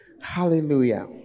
hallelujah